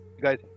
guys